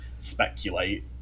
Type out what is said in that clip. speculate